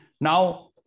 Now